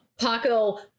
Paco